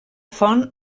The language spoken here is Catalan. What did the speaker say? font